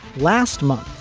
last month,